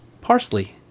Parsley